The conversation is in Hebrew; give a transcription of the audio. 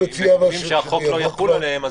אם רוצים שהחוק לא יחול עליהם,